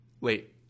late